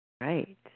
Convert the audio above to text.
Right